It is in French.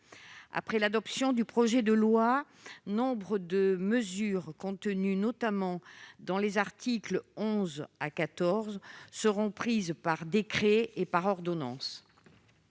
Après l'adoption du projet de loi, nombre de mesures, contenues notamment dans les articles 11 à 14, seront prises par décret et par ordonnance.